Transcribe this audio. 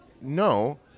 no